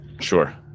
sure